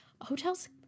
hotels